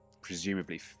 presumably